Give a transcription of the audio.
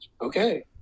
Okay